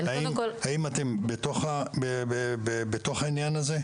האם אתם בתוך העניין הזה?